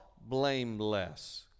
blameless